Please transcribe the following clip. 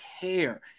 care